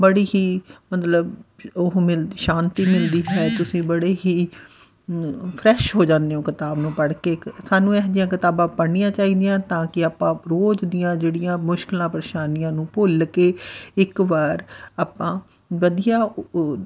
ਬੜੀ ਹੀ ਮਤਲਬ ਉਹ ਮਿਲ ਸ਼ਾਂਤੀ ਮਿਲਦੀ ਹੈ ਤੁਸੀਂ ਬੜੇ ਹੀ ਫਰੈਸ਼ ਹੋ ਜਾਂਦੇ ਹੋ ਕਿਤਾਬ ਨੂੰ ਪੜ੍ਹ ਕੇ ਇੱਕ ਸਾਨੂੰ ਇਹੋ ਜਿਹੀਆਂ ਕਿਤਾਬਾਂ ਪੜ੍ਹਨੀਆਂ ਚਾਹੀਦੀਆਂ ਤਾਂ ਕਿ ਆਪਾਂ ਰੋਜ਼ ਦੀਆਂ ਜਿਹੜੀਆਂ ਮੁਸ਼ਕਿਲਾਂ ਪਰੇਸ਼ਾਨੀਆਂ ਨੂੰ ਭੁੱਲ ਕੇ ਇੱਕ ਵਾਰ ਆਪਾਂ ਵਧੀਆ ਉਹ